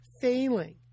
failing